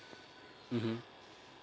mmhmm